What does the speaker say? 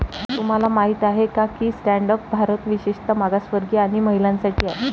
तुम्हाला माहित आहे का की स्टँड अप भारत विशेषतः मागासवर्गीय आणि महिलांसाठी आहे